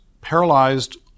paralyzed